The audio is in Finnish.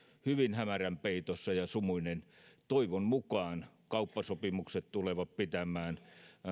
hyvin hämärän peitossa ja sumuinen toivon mukaan kauppasopimukset tulevat pitämään